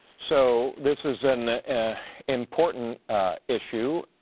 so this is an important issue.